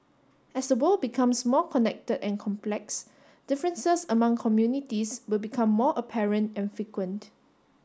as the world becomes more connected and complex differences among communities will become more apparent and frequent